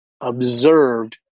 observed